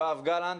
יואב גלנט,